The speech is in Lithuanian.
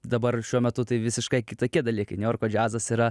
dabar šiuo metu tai visiškai kitokie dalykai niujorko džiazas yra